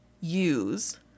use